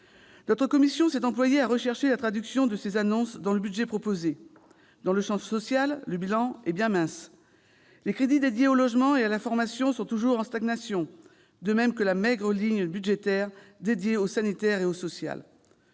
Notre commission s'est employée à rechercher la traduction de ces annonces dans le budget proposé. Dans le champ social, le bilan est bien mince : les crédits dédiés au logement et à la formation sont toujours en stagnation, de même que la maigre ligne budgétaire consacrée au sanitaire et au social.